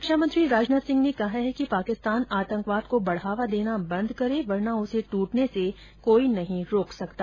रक्षामंत्री राजनाथ सिंह ने कहा है कि पाकिस्तान आतंकवाद को बढ़ावा देना बंद करे वरना उसे टूटने से कोई नहीं रोक सकता